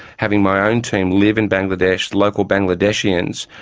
having my own team live in bangladesh, local bangladesians,